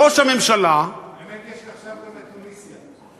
ראש הממשלה, האמת, יש עכשיו גם את תוניסיה.